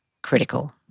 critical